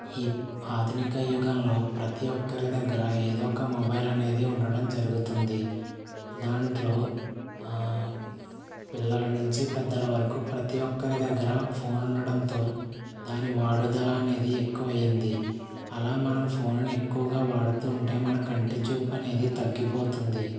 ఈ ఆధునిక యుగంలో ప్రతి ఒక్కరి దగ్గర ఏదో ఒక మొబైల్ అనేది ఉండడం జరుగుతుంది దాంట్లో పిల్లల నుంచి పెద్దల వరకు ప్రతి ఒక్కరి దగ్గర ఫోన్ ఉండడంతో దాని వాడదలా అనేది ఎక్కువైంది అలా మనం ఫోనును ఎక్కువగా వాడుతుంటే మన కంటి చూపు అనేది తగ్గిపోతుంది